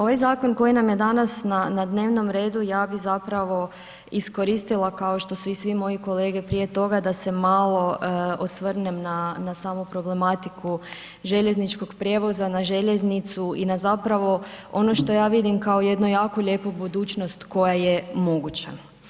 Ovaj zakon koji nam je danas na dnevnom redu, ja bi zapravo iskoristila kao što su i svi moji kolege prije toga, da se malo osvrnem na samu problematiku željezničkog prijevoza, na željeznicu i na zapravo ono što ja vidim kao jednu jako lijepu budućnost koja je moguća.